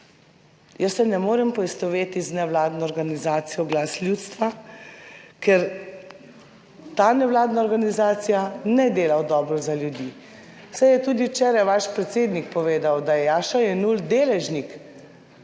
Jaz se ne morem poistovetiti z nevladno organizacijo Glas ljudstva, ker ta nevladna organizacija ne dela v dobro za ljudi. Saj je tudi včeraj vaš predsednik povedal, da je Jaša Jenull deležnik